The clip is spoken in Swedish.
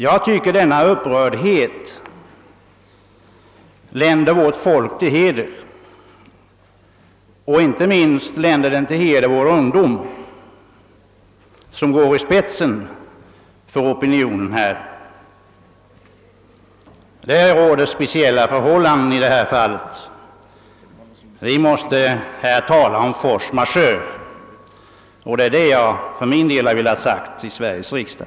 Jag tycker denna upprördhet länder dem till heder; inte minst gäller det vår ungdom som går i spetsen för opinionen. Det råder alltså speciella förhållanden i detta fall, och vi måste här tala om force majeure. Det är detta jag för min del har velat säga i Sveriges riksdag.